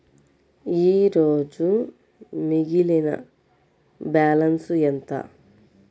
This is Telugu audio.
ఈరోజు మిగిలిన బ్యాలెన్స్ ఎంత?